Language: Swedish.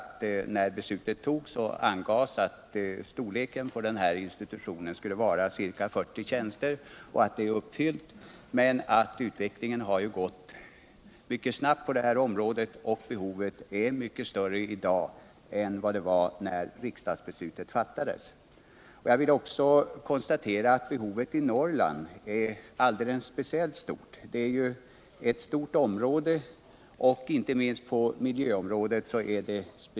När beslutet togs angavs att storleken på den här institutionen skulle vara ca 40 tjänster, något som uppfyllts. Men utvecklingen på detta område har gått mycket snabbt och behoven är mycket större i dag än de var när riksdagsbeslutet fattades. Jag vill också konstatera att behovet i Norrland är alldeles speciellt stort. Problemen är omfattande, inte minst på miljöområdet.